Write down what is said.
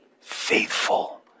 faithful